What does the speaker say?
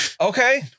Okay